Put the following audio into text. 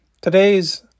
Today's